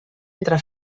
entre